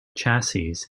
chassis